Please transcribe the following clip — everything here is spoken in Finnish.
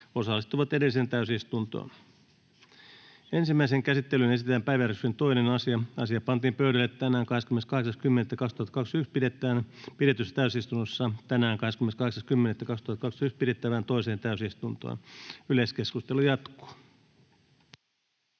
=== RAW CONTENT === Ensimmäiseen käsittelyyn esitellään päiväjärjestyksen 2. asia. Asia pantiin pöydälle tänään 28.10.2021 pidetyssä täysistunnossa tänään 28.10.2021 pidettävään toiseen täysistuntoon. Yleiskeskustelu jatkuu.